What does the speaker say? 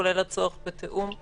כולל הצורך בתיאום,